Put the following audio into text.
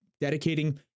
dedicating